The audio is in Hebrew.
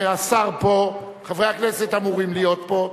השר פה, חברי הכנסת אמורים להיות פה.